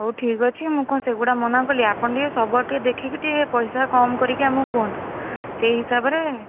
ହଉ ଠିକ୍ ଅଛି ମୁଁ କ'ଣ ସେଗୁଡ଼ା ମନା କଲି ଆପଣ ଟିକେ ସବୁଆଡ଼ୁ ଦେଖିକି ଟିକେ ପଇସା କମ୍ କରିକି ଆମକୁ କୁହନ୍ତୁ ସେଇ ହିସାବରେ